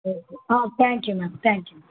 okay ah thank you ma'am thank you